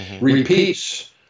repeats